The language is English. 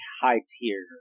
high-tier